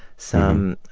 some